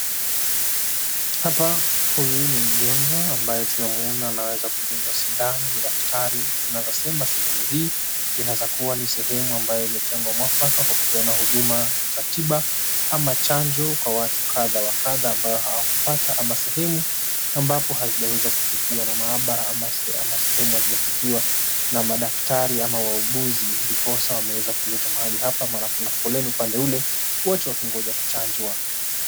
Hapa huyu ni mgonjwa ambae tunamuona anaweza kudungwa sindano na daktari tunaweza sema sehemu hii inaweza kua ni sehemu ambayo imetengwa mwafaka kwa kupeana huduma za tiba ama chanjo kwa watu kadha wa kadha ambao hawakupata ama sehemu ambapo hazijaweza kufikiwa na mahabara ama sehemu hazijafikiwa na madaktari ama wauguzi ndiposa wameweza kuletwa mahali hapa mana kuna foleni upande ule wote wakingoja kuchanjwa.